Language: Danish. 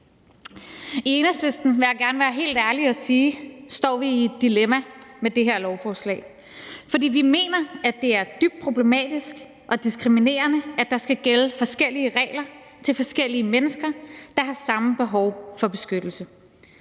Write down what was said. I Enhedslisten, vil jeg gerne være helt ærligt at sige, står vi i et dilemma med det her lovforslag, fordi vi mener, at det er dybt problematisk og diskriminerende, at der skal gælde forskellige regler for forskellige mennesker, der har samme behov for beskyttelse.